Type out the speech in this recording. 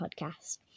podcast